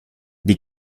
die